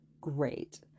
Great